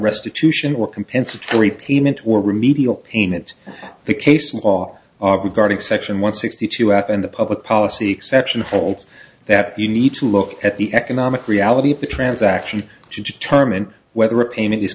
restitution or compensatory payment or remedial payment the case in law or regarding section one sixty two out in the public policy exception holds that you need to look at the economic reality of the transaction to determine whether a payment is